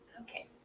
okay